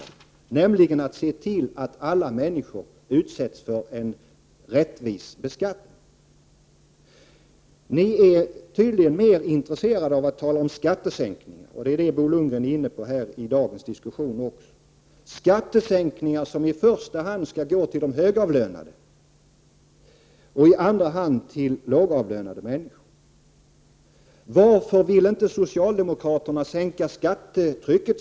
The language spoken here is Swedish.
Det gäller ju att se till att alla människor utsätts för en rättvis beskattning. Ni är tydligen mera intresserade av att tala om skattesänkningar. Det är vad Bo Lundgren är inne på även i dagens debatt. Det handlar om skattesänkningar som i första hand är avsedda för högavlönade — lågavlönade kommer i andra hand. Varför vill inte socialdemokraterna sänka skattetrycket?